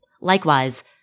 Likewise